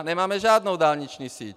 Nemáme žádnou dálniční síť!